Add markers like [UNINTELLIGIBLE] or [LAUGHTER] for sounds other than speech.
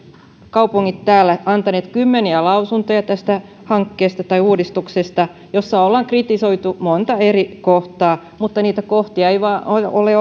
kaupungit täällä antaneet kymmeniä lausuntoja tästä uudistuksesta joissa ollaan kritisoitu montaa eri kohtaa mutta niitä kohtia ei vain ole [UNINTELLIGIBLE]